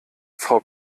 frau